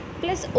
plus